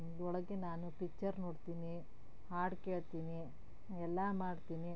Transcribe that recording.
ಒಳಗೆ ನಾನು ಪಿಚ್ಚರ್ ನೋಡ್ತೀನಿ ಹಾಡು ಕೇಳ್ತೀನಿ ಎಲ್ಲ ಮಾಡ್ತೀನಿ